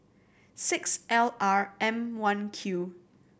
six L R M One Q